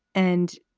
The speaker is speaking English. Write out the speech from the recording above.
and,